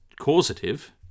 causative